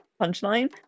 Punchline